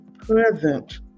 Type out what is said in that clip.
present